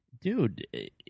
dude